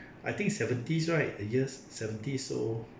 I think it's seventies right uh years seventies so